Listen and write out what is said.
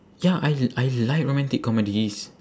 ya I I like romantic comedies